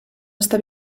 està